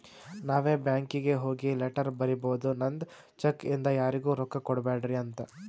ನಾವೇ ಬ್ಯಾಂಕೀಗಿ ಹೋಗಿ ಲೆಟರ್ ಬರಿಬೋದು ನಂದ್ ಚೆಕ್ ಇಂದ ಯಾರಿಗೂ ರೊಕ್ಕಾ ಕೊಡ್ಬ್ಯಾಡ್ರಿ ಅಂತ